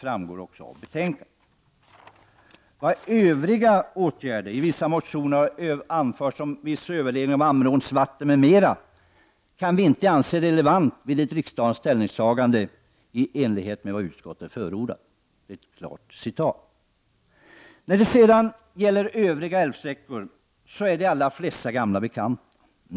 Vad i övrigt i vissa motioner anförts om överledning av Ammeråns vatten m.m. kan, som vi från utskottsmajoriteten klart anför, inte anses relevant vid ett riksdagens ställningstagande. Vad sedan gäller övriga älvsträckor är de allra flesta gamla bekanta.